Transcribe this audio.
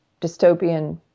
dystopian